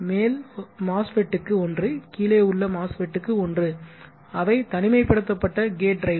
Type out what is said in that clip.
மேல் MOSFET க்கு ஒன்று கீழே உள்ள MOSFET க்கு ஒன்று அவை தனிமைப்படுத்தப்பட்ட கேட் டிரைவ்கள்